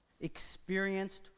experienced